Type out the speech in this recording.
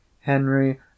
Henry